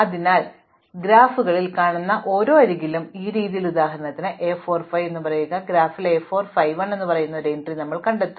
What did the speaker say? അതിനാൽ ഗ്രാഫുകളിൽ കാണുന്ന ഓരോ അരികിലും ഈ രീതിയിൽ ഉദാഹരണത്തിന് A 4 5 എന്ന് പറയുക ഗ്രാഫിൽ A 4 5 1 എന്ന് പറയുന്ന ഒരു എൻട്രി ഞങ്ങൾ കണ്ടെത്തും